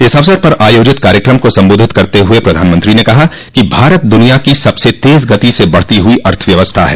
इस अवसर पर आयोजित कार्यक्रम को सम्बोधित करते हुए प्रधानमंत्री ने कहा कि भारत दुनिया की सबसे तेज गति से बढ़ती हुई अर्थव्यवस्था है